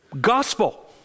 gospel